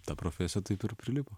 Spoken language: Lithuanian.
ta profesija taip ir prilipo